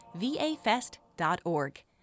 vafest.org